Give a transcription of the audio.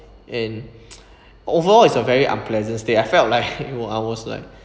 and overall is a very unpleasant stay I felt like I was like